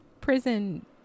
prison